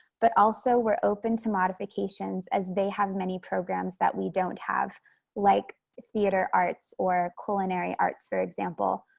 but also we're open to modifications, as they have many programs that we don't have like theater arts or culinary arts, for example.